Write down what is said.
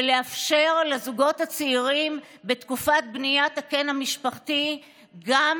מה שיאפשר לזוגות הצעירים בתקופת בניית הקן המשפחתי גם